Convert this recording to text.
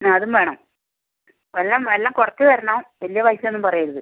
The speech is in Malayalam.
ആ അതും വേണം എല്ലാം എല്ലാം കുറച്ച് തരണം വല്യ പൈസയൊന്നും പറയരുത്